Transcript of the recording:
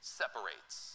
separates